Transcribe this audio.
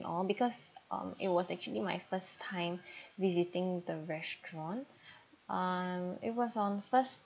all because um it was actually my first time visiting the restaurant uh it was on first